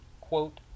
Quote